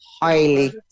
Highly